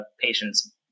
patient's